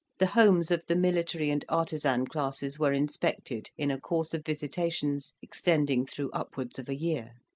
the homes of the military and artisan classes were inspected in a course of visitations extending through upwards of a year